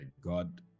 god